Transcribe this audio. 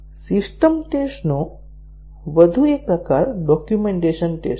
system ટેસ્ટનો વધુ એક પ્રકાર ડોક્યુમેન્ટેશન ટેસ્ટ છે